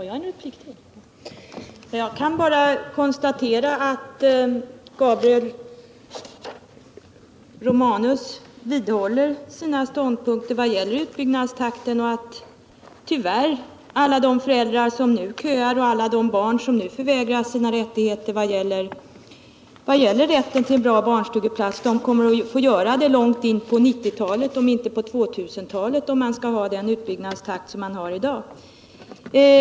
Herr talman! Jag kan bara konstatera att Gabriel Romanus vidhåller sina ståndpunkter vad gäller utbyggnadstakten och att lika många föräldrar som nu köar och lika många barn som nu förvägras sin rätt till en bra barnstugeplats kommer att vara i samma situation långt in på 1990-talet, om inte 2000-talet, om vi skall ha den utbyggnadstakt som vi har i dag.